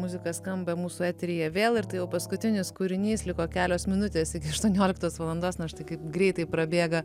muzika skamba mūsų eteryje vėl ir tai jau paskutinis kūrinys liko kelios minutės iki aštuonioliktos valandos na štai kaip greitai prabėga